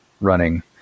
running